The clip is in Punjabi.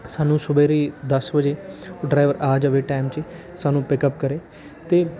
ਸਾਨੂੰ ਸਵੇਰੇ ਦਸ ਵਜੇ ਡਰਾਈਵਰ ਆ ਜਾਵੇ ਟਾਈਮ 'ਚ ਸਾਨੂੰ ਪਿਕ ਅੱਪ ਕਰੇ ਅਤੇ